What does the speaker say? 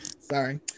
sorry